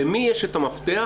למי יש את המפתח,